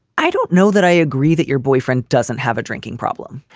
i don't know that i agree that your boyfriend doesn't have a drinking problem